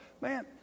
Man